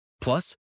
Plus